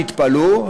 תתפלאו,